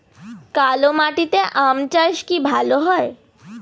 কালো মাটিতে আম চাষ কি ভালো হয়?